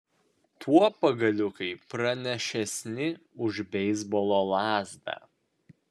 tuo pagaliukai pranašesni už beisbolo lazdą